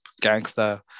gangster